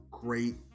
Great